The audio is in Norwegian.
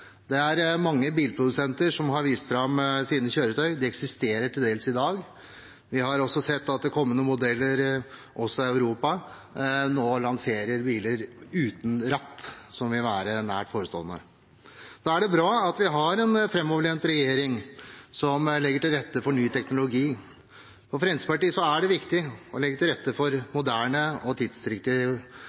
Det er mange bilprodusenter som har vist fram sine kjøretøy. De eksisterer til dels i dag. Vi har også sett at nå vil det, også i Europa, lanseres kommende modeller av biler uten ratt. Det vil være nært forestående. Da er det bra at vi har en framoverlent regjering, som legger til rette for ny teknologi. For Fremskrittspartiet er det viktig å legge til rette for moderne og